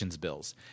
bills